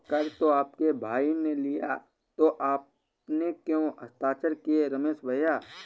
कर तो आपके भाई ने लिया है तो आपने क्यों हस्ताक्षर किए रमेश भैया?